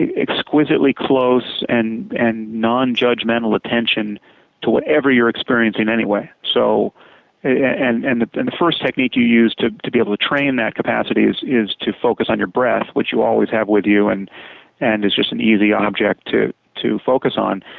exquisitely close and and nonjudgmental attention to whatever you're experiencing anyway. so yeah and and the first technique you use to to be able to train that capacity is is to focus on your breath, which you always have with you and and it's just an easy object to to focus on.